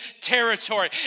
territory